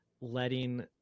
letting